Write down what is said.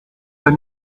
pas